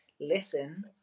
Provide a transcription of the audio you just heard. listen